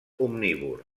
omnívor